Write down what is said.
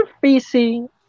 facing